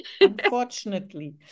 unfortunately